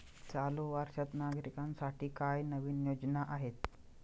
चालू वर्षात नागरिकांसाठी काय नवीन योजना आहेत?